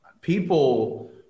People